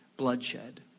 Bloodshed